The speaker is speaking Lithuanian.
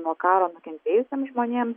nuo karo nukentėjusiems žmonėms